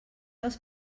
dels